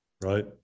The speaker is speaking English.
right